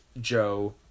Joe